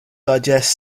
digest